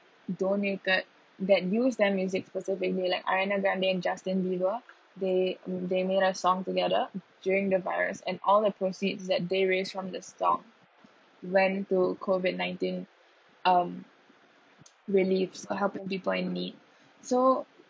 donated that use their musics also they may like ariana grande and justin bieber they they made a song together during the virus and all the proceeds that they raised from the song went to COVID nineteen um reliefs for helping people in need so